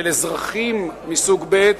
של אזרחים מסוג ב',